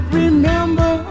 remember